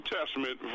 Testament